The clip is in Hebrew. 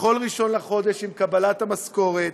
בכל 1 בחודש, עם קבלת המשכורת,